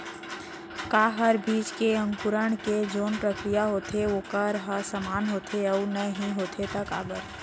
का हर बीज के अंकुरण के जोन प्रक्रिया होथे वोकर ह समान होथे, अऊ नहीं होथे ता काबर?